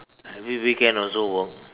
every weekend also work